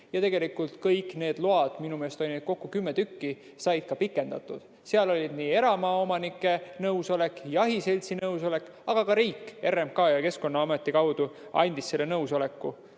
ja tegelikult kõik need load – minu meelest oli neid kokku kümme tükki – said ka pikendatud. Seal oli eramaa omanike nõusolek ja jahiseltsi nõusolek ning ka riik RMK ja Keskkonnaameti kaudu andis nõusoleku.